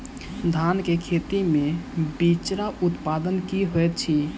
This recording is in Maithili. धान केँ खेती मे बिचरा उत्पादन की होइत छी?